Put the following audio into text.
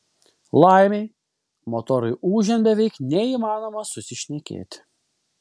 laimei motorui ūžiant beveik neįmanoma susišnekėti